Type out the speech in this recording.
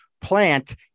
plant